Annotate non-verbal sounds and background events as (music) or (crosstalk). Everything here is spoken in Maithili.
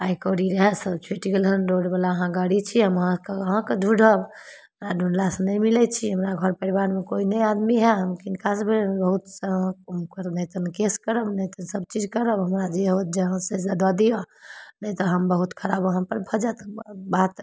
पाइ कौड़ी रहय सब चीज छुटि गेल हन रोडवला अहाँ गाड़ी छियै हम अहाँके (unintelligible) ढूँढ़ब अहाँ ढूँढ़लासँ नहि मिलय छी हमरा घर परिवारमे कोइ नहि आदमी हइ हम किनकासँ बहुत सा हम नहि तऽ केस करब नहि तऽ सबचीज करब हमरा जे होत जहाँसँ दअ दिअ नहि तऽ हम बहुत खराब अहाँपर भऽ जायत बात